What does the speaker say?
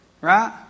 Right